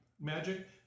magic